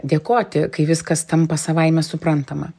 dėkoti kai viskas tampa savaime suprantama